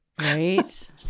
Right